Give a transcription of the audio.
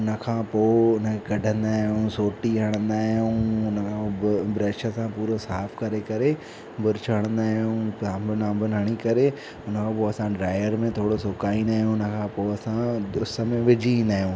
उन खां पोइ उन खे कढंदा आहियूं सोटी हणंदा आहियूं उन खां पोइ ब्रश सां पूरो साफ़ करे करे बुरुश हणंदा आहियूं साबुण बाबुण हणी करे पो असां ड्रायर में थोरो सुकाईंदा आहियूं उन खां पोइ असां उस में विझी ईंदा आहियूं